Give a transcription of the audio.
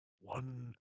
one